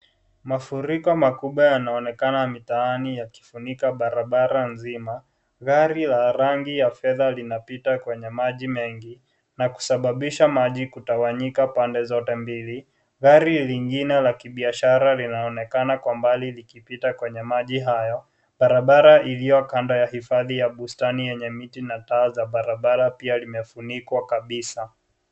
Mafuriko makubwa yanaonekana mitaani yakifunika barabara mzima. Gari ya rangi ya fedha linapita kwenye maji mengi na kusababisha maji kutawanyika pande zote mbili. Gari lingine la kibiashara linaonekana kwa mbali likipita Kwenye maji hayo. Barabara iliyo Kando ya hifandhi ya bustani yenye miti na taa barabara pia limefunikwa kabisaa.